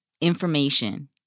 information